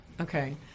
Okay